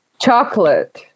Chocolate